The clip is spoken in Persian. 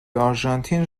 آرژانتین